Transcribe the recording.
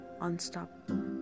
unstoppable